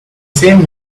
same